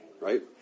Right